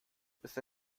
ist